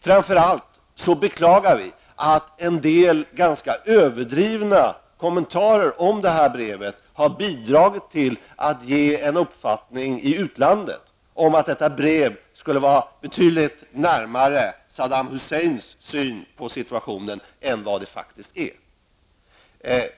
Framför allt beklagar vi att en del ganska överdrivna kommentarer kring brevet har bidragit till att ge utlandet en uppfattning om att detta brev till sitt innehåll skulle ligga betydligt närmare Saddam Husseins syn på situationen än vad som faktiskt är fallet.